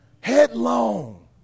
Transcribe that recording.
headlong